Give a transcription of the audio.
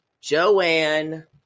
Joanne